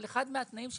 אבל אחד מהתנאים שאנחנו,